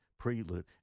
prelude